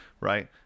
right